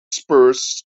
spurs